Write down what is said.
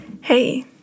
Hey